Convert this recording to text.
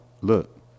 look